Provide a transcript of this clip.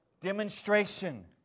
Demonstration